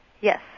Yes